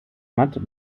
matt